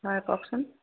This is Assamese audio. হয় কওকচোন